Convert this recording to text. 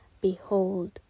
Behold